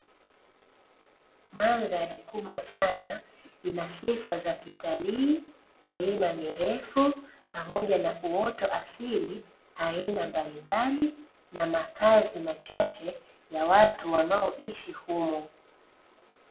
Mandhari kubwa sana ina sifa za kitalii, milima mirefu pamoja na uoto asili aina mbalimbali na makazi machache ya watu wanaoishi humo.